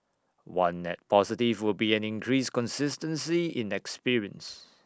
one net positive will be an increased consistency in experience